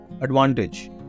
advantage